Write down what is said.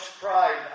pride